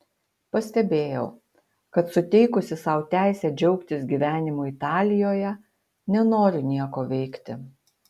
pastebėjau kad suteikusi sau teisę džiaugtis gyvenimu italijoje nenoriu nieko veikti